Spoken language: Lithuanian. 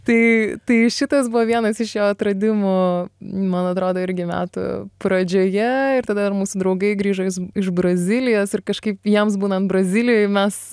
tai tai šitas buvo vienas iš jo atradimų man atrodo irgi metų pradžioje ir tada ir mūsų draugai grįžo iš brazilijos ir kažkaip jiems būnant brazilijoj mes